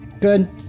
good